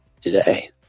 today